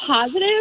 positive